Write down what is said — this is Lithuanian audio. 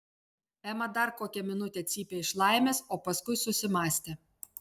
ema dar kokią minutę cypė iš laimės o paskui susimąstė